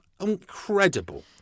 incredible